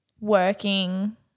working